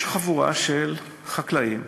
יש חבורה של חקלאים